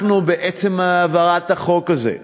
אנחנו בעצם העברת החוק הזה,